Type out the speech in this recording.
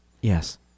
Yes